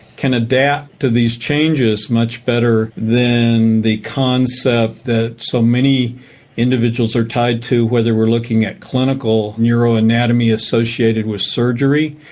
can adapt to these changes much better than the concept that so many individuals are tied to, whether we're looking at clinical neuro-anatomy associated with surgery,